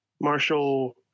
marshall